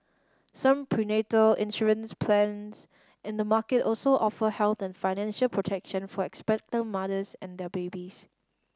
some prenatal insurance plans in the market also offer health and financial protection for expectant mothers and their babies